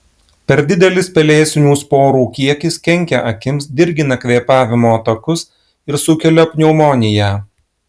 per didelis pelėsinių sporų kiekis kenkia akims dirgina kvėpavimo takus ir sukelia pneumoniją